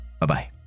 Bye-bye